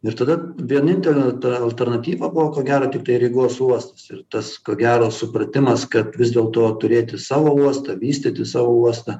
ir tada vienintelė alternatyva buvo ko gero tiktai rygos uostas ir tas ko gero supratimas kad vis dėl to turėti savo uostą vystyti savo uostą